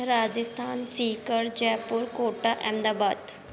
Rajasthan Sikar Jaipur Kota Ahmedabad